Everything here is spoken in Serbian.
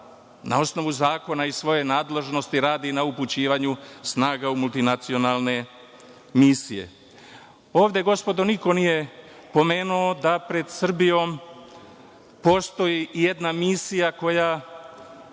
na osnovu zakona iz svoje nadležnosti, radi na upućivanju snaga u multinacionalne misije. Ovde gospodo niko nije pomenuo da pred Srbijom postoji i jedna misija koja